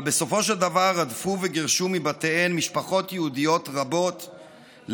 אבל בסופו של דבר רדפו וגירשו מבתיהן משפחות יהודיות רבות,